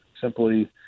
simply